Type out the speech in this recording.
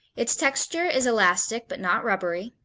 its texture is elastic but not rubbery,